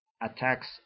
attacks